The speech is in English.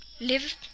Live